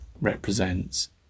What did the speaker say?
represents